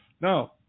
No